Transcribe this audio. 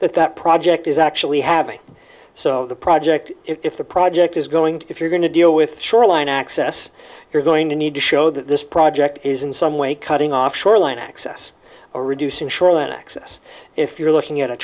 that that project is actually having so the project if the project is going if you're going to deal with shoreline access you're going to need to show that this project is in some way cutting off shoreline access or reducing shoreline access if you're looking at a